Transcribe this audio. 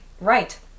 Right